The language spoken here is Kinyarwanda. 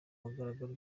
mugaragaro